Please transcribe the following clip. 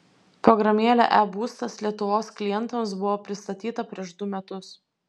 programėlė e būstas lietuvos klientams buvo pristatyta prieš du metus